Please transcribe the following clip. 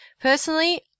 Personally